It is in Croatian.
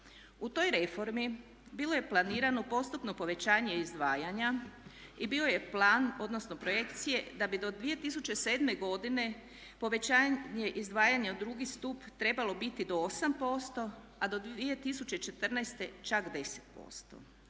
U toj reformi bilo je planirano postupno povećanje izdvajanja i bio je plan odnosno projekcije da bi do 2007. godine povećanja u drugi stup trebalo biti do 8% a do 2014.čak 10%.